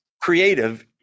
creative